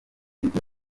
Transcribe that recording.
mujyi